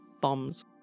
bombs